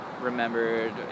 Remembered